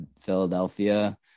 Philadelphia